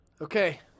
Okay